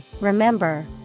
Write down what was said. remember